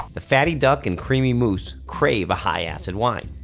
the fatty duck and creamy mouse crave a high-acid wine.